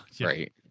right